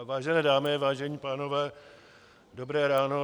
Vážené dámy, vážení pánové, dobré ráno.